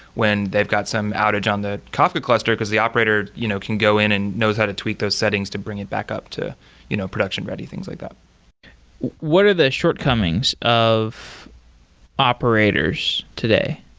when they've got some outage on the coffee cluster, because the operator you know can go in and knows how to tweak those settings to bring it back up to you know production-ready, things like that what are the shortcomings of operators today?